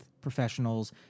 professionals